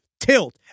Tilt